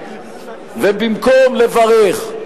ובמקום לברך,